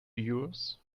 yours